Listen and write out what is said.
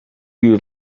you